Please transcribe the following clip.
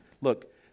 Look